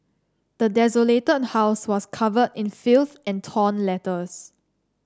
the desolated house was covered in filth and torn letters